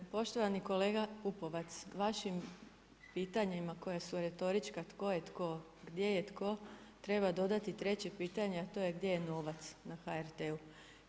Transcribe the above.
Poštovani kolega Pupovac, vašim pitanjima koja su retorička tko je tko, gdje je tko treba dodati treće pitanje, a to je gdje je novac na HRT-u.